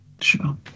sure